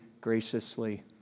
graciously